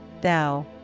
thou